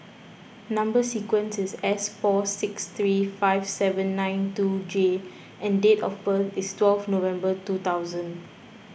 Number Sequence is S four six three five seven nine two J and date of birth is twelve November two thousand